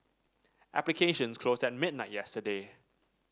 applications closed at midnight yesterday